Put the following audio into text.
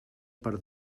per